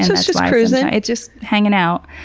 so it's just cruising! it's just hanging out,